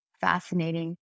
fascinating